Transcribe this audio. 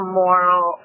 moral